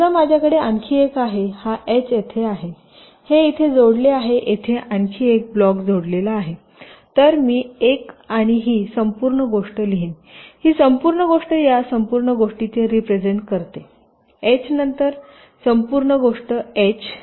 समजा माझ्याकडे आणखी एक आहे हा एच येथे आहे हे येथे जोडले आहे आणि येथे आणखी एक ब्लॉक जोडलेला आहे तर मी एक आणि ही संपूर्ण गोष्ट लिहीन ही संपूर्ण गोष्ट या संपूर्ण गोष्टीचे रिप्रेझेन्ट करते एच नंतर संपूर्ण गोष्ट एच